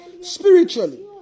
spiritually